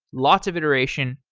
lots of iteration,